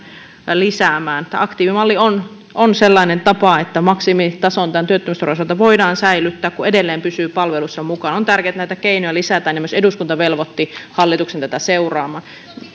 lisäämään tämä aktiivimalli on on sellainen tapa että maksimitaso tämän työttömyysturvan osalta voidaan säilyttää kun edelleen pysyy palveluissa mukana on tärkeätä että näitä keinoja lisätään myös eduskunta velvoitti hallituksen tätä seuraamaan